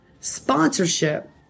Sponsorship